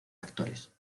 actores